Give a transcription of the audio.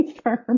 firm